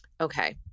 Okay